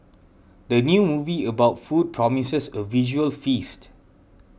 the new movie about food promises a visual feast